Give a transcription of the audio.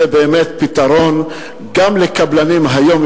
זה באמת פתרון גם לקבלנים היום.